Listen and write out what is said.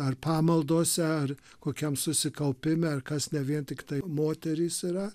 ar pamaldos ar kokiam susikaupime ar kas ne vien tiktai moterys yra